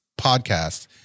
podcast